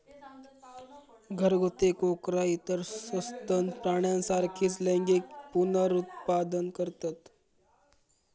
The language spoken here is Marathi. घरगुती कोकरा इतर सस्तन प्राण्यांसारखीच लैंगिक पुनरुत्पादन करतत